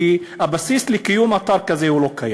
כי הבסיס לקיום אתר כזה לא קיים.